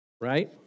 right